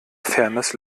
fairness